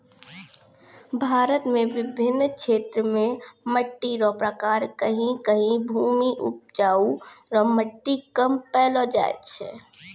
भारत मे बिभिन्न क्षेत्र मे मट्टी रो प्रकार कहीं कहीं भूमि उपजाउ रो मट्टी कम पैलो जाय छै